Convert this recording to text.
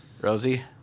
Rosie